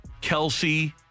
Kelsey